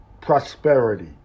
prosperity